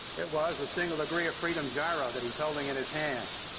it was the single-degree-of-freedom gyro that he's holding in his hand.